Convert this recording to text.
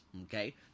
okay